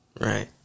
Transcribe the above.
Right